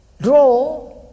draw